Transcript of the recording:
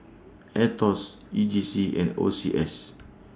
Aetos E J C and O C S